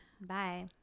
bye